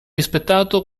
rispettato